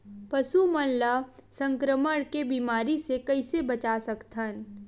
पशु मन ला संक्रमण के बीमारी से कइसे बचा सकथन?